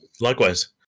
Likewise